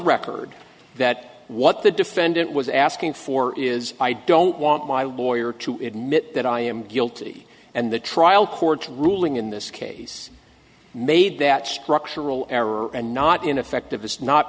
record that what the defendant was asking for is i don't want my lawyer to admit that i am guilty and the trial court's ruling in this case made that structural error and not ineffective is not